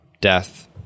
death